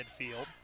midfield